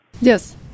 Yes